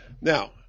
now